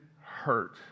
hurt